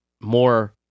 more